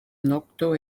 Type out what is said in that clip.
nokto